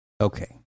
Okay